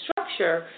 structure